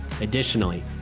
Additionally